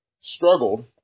struggled